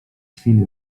chwili